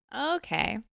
Okay